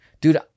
dude